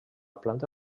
planta